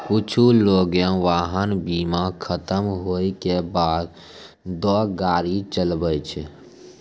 कुछु लोगें वाहन बीमा खतम होय के बादो गाड़ी चलाबै छै